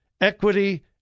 equity